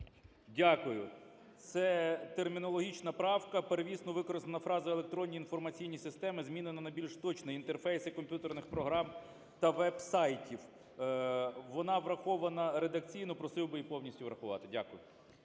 Дякую. Це термінологічна правка. Первісно використана фраза "електронні інформаційні системи" змінена на більш точну: "інтерфейси комп'ютерних програм та веб-сайтів". Вона врахована редакційно, просив би її повністю врахувати. Дякую.